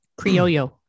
Criollo